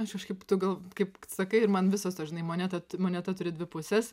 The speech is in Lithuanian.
aš kažkaip tu gal kaip sakai ir man visos tos žinai moneta moneta turi dvi puses